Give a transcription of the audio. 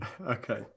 Okay